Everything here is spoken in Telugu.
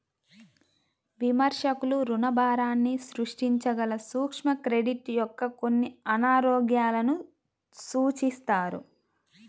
విమర్శకులు రుణభారాన్ని సృష్టించగల సూక్ష్మ క్రెడిట్ యొక్క కొన్ని అనారోగ్యాలను సూచిస్తారు